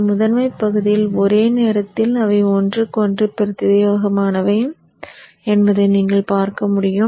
இந்த முதன்மைப் பகுதியில் ஒரே நேரத்தில் அவை ஒன்றுக்கொன்று பிரத்தியேகமானவை என்பதை நீங்கள் காண்பீர்கள்